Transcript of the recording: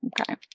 okay